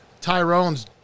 Tyrone's